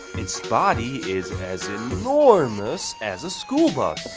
its body is as enormous as a school bus!